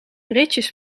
ritjes